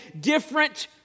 different